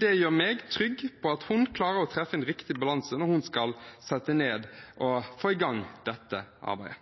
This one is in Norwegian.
det gjør meg trygg på at hun klarer å finne en riktig balanse når hun skal sette ned og få i gang dette arbeidet.